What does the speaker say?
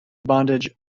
bondage